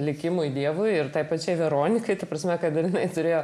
likimui dievui ir tai pačiai veronikai ta prasme kad jinai turėjo